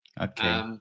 Okay